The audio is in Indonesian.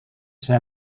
saya